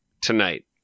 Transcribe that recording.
tonight